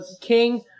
King